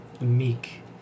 Meek